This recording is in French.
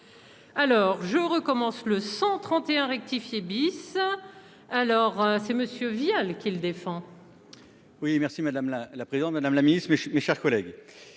Alors je recommence le 131 rectifié bis alors c'est Monsieur Vial qu'il défend. Oui merci madame la présidente, Madame la Ministre, mes, mes chers collègues,